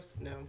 No